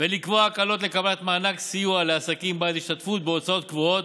ולקבוע הקלות בקבלת מענק סיוע לעסקים בעד השתתפות בהוצאות קבועות.